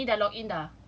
tak ni dah log in dah